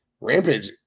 Rampage